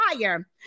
fire